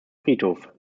friedhof